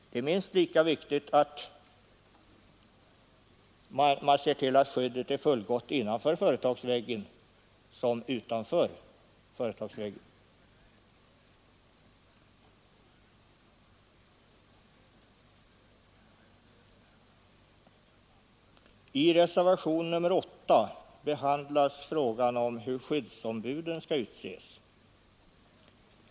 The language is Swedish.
Det är minst lika viktigt att se till att skyddet är fullgott innanför företagsväggen som utanför densamma. Reservationen 8 behandlar frågan om hur skyddsombuden skall utses.